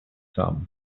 some